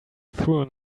through